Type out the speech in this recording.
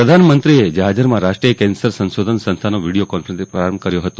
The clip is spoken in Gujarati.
પ્રધાનમંત્રીએ ઝાજ્જરમાં રાષ્ટ્રીય કેન્સર સંશોધન સંસ્થાનો વીડીયો કોન્ફરન્સથી આરંભ કર્યો હતો